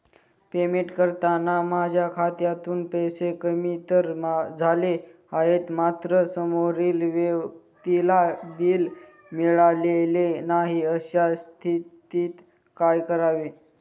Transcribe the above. Payment करताना माझ्या खात्यातून पैसे कमी तर झाले आहेत मात्र समोरील व्यक्तीला बिल मिळालेले नाही, अशा स्थितीत काय करावे?